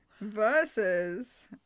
Versus